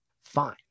fine